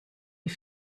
wie